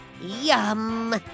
Yum